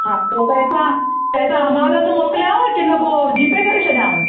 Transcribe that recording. हा पोइ पेसा पेसा अमाल हथु मोकिलियांव कि न पोइ जीपे करे छॾियांव